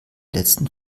letzten